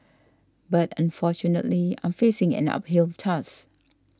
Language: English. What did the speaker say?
but unfortunately I'm facing an uphill task